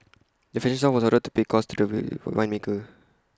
the fashion house was ordered to pay costs to the winemaker